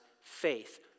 faith